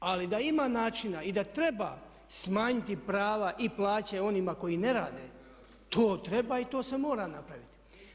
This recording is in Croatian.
Ali da ima načina i da treba smanjiti prava i plaće onima koji ne rade to treba i to se mora napraviti.